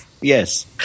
yes